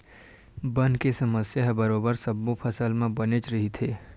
बन के समस्या ह बरोबर सब्बो फसल म बनेच रहिथे